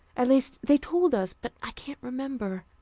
at least, they told us, but i can't remember.